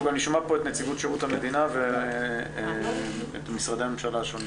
אנחנו גם נשמע פה את נציבות שירות המדינה ואת משרדי הממשלה השונים.